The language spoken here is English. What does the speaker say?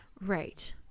Right